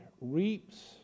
reaps